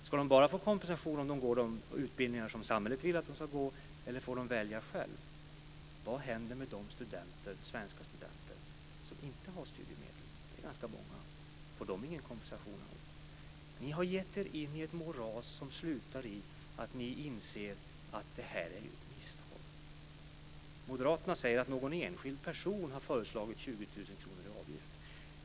Ska de bara få kompensation om de deltar i de utbildningar som samhället vill att de ska delta i, eller får de välja själva? Vad händer med de svenska studenter som inte har studiemedel? Det är ganska många. Får de ingen kompensation alls? Ni har gett er in i ett moras som slutar i att ni inser att detta är ett misstag. Moderaterna säger att någon enskild person har föreslagit 20 000 kr i avgift.